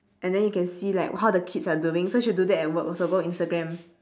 and then you can see like how the kids are doing so should do that at work also go instagram